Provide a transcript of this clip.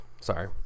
sorry